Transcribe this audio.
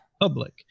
public